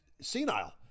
senile